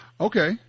Okay